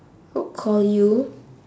c~ call you